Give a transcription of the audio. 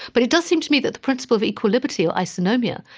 but it does seem to me that the principle of equal liberty or isonomia,